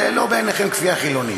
זה בעיניכם לא כפייה חילונית.